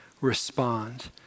respond